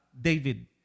David